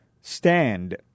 stand